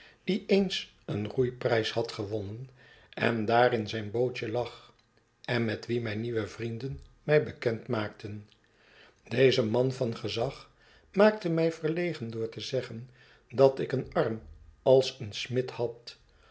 die eens een roeiprijs had gewonnen en daar in zijn bootje lag en met wien mijne nieuwe vrienden mij bekend maakten deze man van gezag maakte mij verlegen door te zeggen dat ik een arm als een smid had